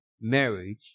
marriage